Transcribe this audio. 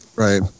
Right